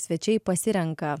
svečiai pasirenka